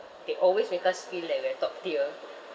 they always make us feel like we are top tier